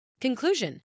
Conclusion